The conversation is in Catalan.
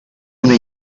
una